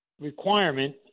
Requirement